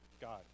God